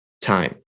time